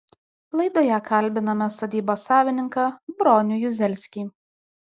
laidoje kalbiname sodybos savininką bronių juzelskį